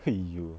!aiyo!